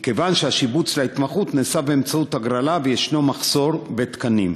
מכיוון שהשיבוץ להתמחות נעשה באמצעות הגרלה ויש מחסור בתקנים.